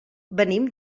venim